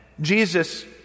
Jesus